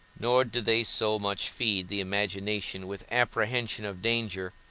nor do they so much feed the imagination with apprehension of danger,